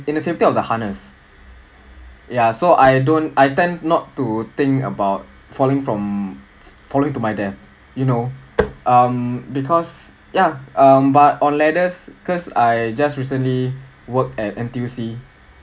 in the safety of the harness ya so I don't I tend not to think about falling from falling to my death you know um because yeah um but on ladders cause I just recently worked at N_T_U_C